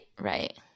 right